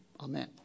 amen